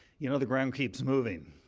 you know the ground keeps moving.